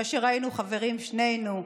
כאשר היינו חברים שנינו,